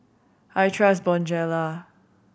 I trust Bonjela